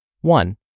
One